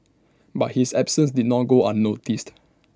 but his absences did not go unnoticed